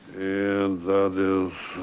and that is,